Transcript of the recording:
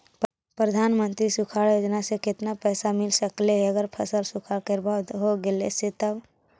प्रधानमंत्री सुखाड़ योजना से केतना पैसा मिल सकले हे अगर फसल सुखाड़ से बर्बाद हो गेले से तब?